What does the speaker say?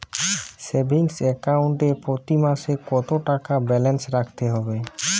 Savings account এ প্রতি মাসে কতো টাকা ব্যালান্স রাখতে হবে?